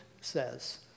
says